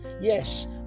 Yes